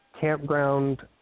campground